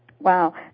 Wow